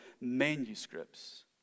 manuscripts